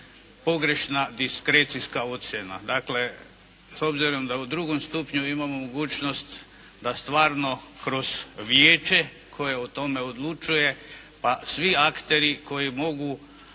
pogrešna diskrecijska ocjena. Dakle, s obzirom da u drugom stupnju imamo mogućnost da stvarno kroz Vijeće koje o tome odlučuje, pa svi akteri koji mogu